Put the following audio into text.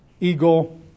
Eagle